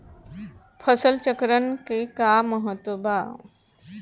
फसल चक्रण क का महत्त्व बा?